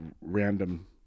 random